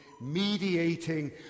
mediating